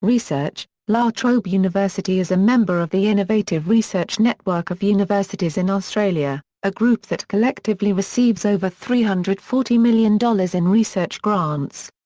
research la trobe university is a member of the innovative research network of universities in australia, a group that collectively receives over three hundred and forty million dollars in research grants.